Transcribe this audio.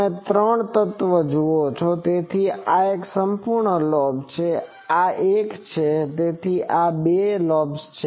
તમે ત્રણ તત્વ જુઓ છો તેથી આ એક સંપૂર્ણ લોબ છે આ એક છે તેથી આ બે લોબ્સ છે